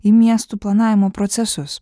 į miestų planavimo procesus